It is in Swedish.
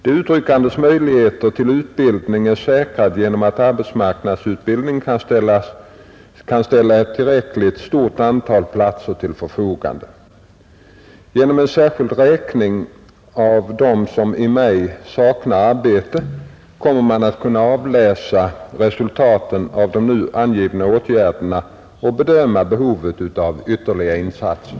De utryckandes möjligheter till utbildning är säkrade genom att arbetsmarknadsutbildningen kan ställa ett tillräckligt stort antal platser till förfogande. Genom en särskild räkning av dem som i maj saknar arbete kommer man att kunna avläsa resultatet av de nu angivna åtgärderna och bedöma behovet av ytterligare insatser.